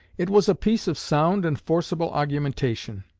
it was a piece of sound and forcible argumentation,